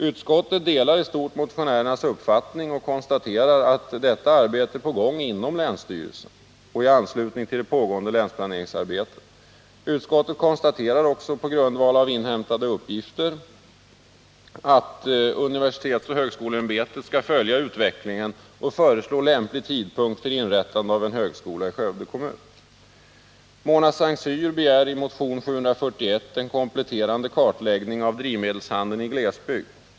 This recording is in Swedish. Utskottet delar i stort motionärernas uppfattning och konstaterar att detta arbete är på gång inom länsstyrelsen i anslutning till det pågående länsplaneringsarbetet. Utskottet konstaterar också på grundval av inhämtade uppgifter att universitetsoch högskoleämbetet skall följa utvecklingen och föreslå lämplig tidpunkt för inrättande av en högskola i Skövde kommun. Mona S:t Cyr begär i motion 741 en kompletterande kartläggning av drivmedelshandeln i glesbygd.